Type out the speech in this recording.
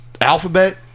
alphabet